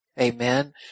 Amen